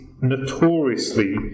notoriously